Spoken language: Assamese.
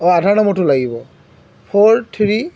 অঁ আধাৰ নম্বৰটো লাগিব ফ'ৰ থ্ৰী